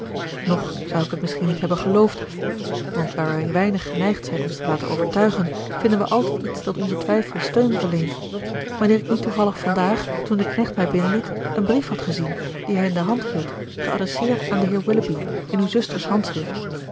nog zou ik het misschien niet hebben geloofd want waar wij weinig geneigd zijn ons te laten overtuigen vinden wij altijd iets dat onzen twijfel steun verleent wanneer ik niet toevallig vandaag toen de knecht mij binnenliet een brief had gezien dien hij in de hand hield geadresseerd aan den heer willoughby in uw zuster's handschrift